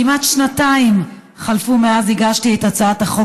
כמעט שנתיים חלפו מאז הגשתי את הצעת החוק